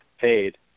paid